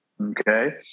Okay